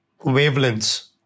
wavelengths